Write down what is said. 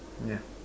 ya